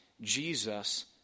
Jesus